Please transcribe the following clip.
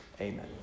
Amen